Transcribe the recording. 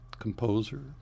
composer